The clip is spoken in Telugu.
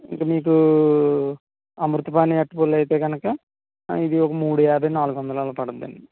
ఇక మీకూ అమృతపాణి అరటిపళ్ళు అయితే గనక ఇది ఒక మూడు యాభై నాలుగు వందలు అలా పడుతుంది అండి